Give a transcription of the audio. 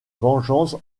vengeances